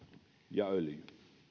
ja öljy